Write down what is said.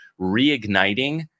reigniting